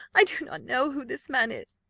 i do not know who this man is,